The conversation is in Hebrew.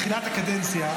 בתחילת הקדנציה,